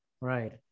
right